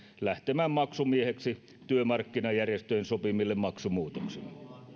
lähtemään maksumieheksi työmarkkinajärjestöjen sopimille maksumuutoksille